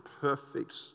perfect